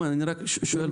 יש לי רק שאלה.